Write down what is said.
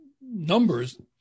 numbers